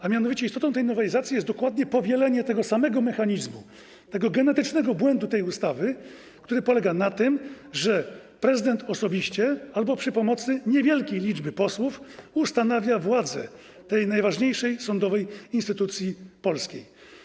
A mianowicie istotą tej nowelizacji jest powielenie dokładnie tego samego mechanizmu, tego genetycznego błędu tej ustawy, który polega na tym, że prezydent osobiście albo przy pomocy niewielkiej liczby posłów ustanawia władzę tej najważniejszej sądowej instytucji polskiej.